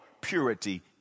purity